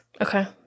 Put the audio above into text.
Okay